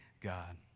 God